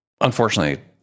unfortunately